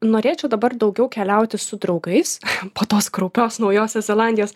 norėčiau dabar daugiau keliauti su draugais po tos kraupios naujosios zelandijos